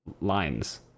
lines